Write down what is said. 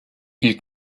ils